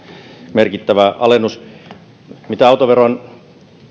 merkittävä alennus mitä autoveron